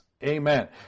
Amen